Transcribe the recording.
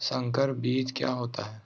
संकर बीज क्या होता है?